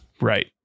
Right